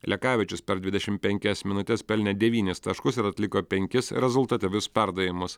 lekavičius per dvidešim penkias minutes pelnė devynis taškus ir atliko penkis rezultatyvius perdavimus